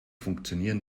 funktionieren